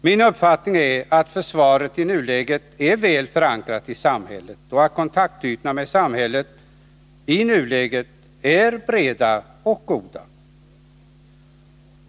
Min uppfattning är att försvaret i nuläget är väl förankrat i samhället och att kontaktytorna med samhället i nuläget är breda och goda.